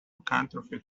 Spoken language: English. counterfeit